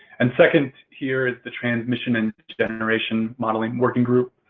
and second here is the transmission and generation modeling working group.